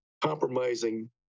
compromising